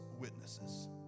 witnesses